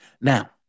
Now